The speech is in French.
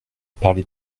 parler